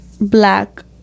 black